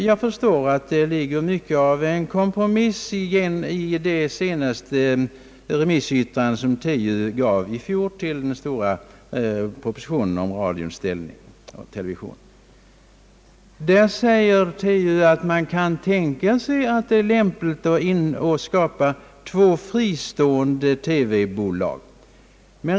Jag förstår att det ligger mycket av en kompromiss i det remissyttrande TU i fjol avgav till den stora propositionen om radions och televisionens ställning. Där säger TU att man kan tänka sig att det är lämpligt att skapa två fristående TV-bolag.